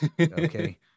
Okay